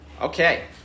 Okay